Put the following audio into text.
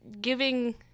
giving